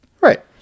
Right